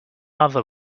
other